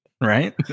Right